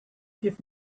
give